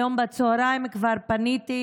היום בצוהריים כבר פניתי,